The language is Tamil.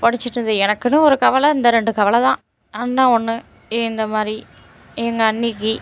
படிச்சிட்டுருந்து எனக்குன்னு ஒரு கவலை இந்த ரெண்டு கவலை தான் அண்ணா ஒன்று இந்த மாதிரி எங்கள் அண்ணிக்கு